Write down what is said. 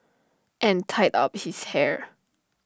and tied up his hair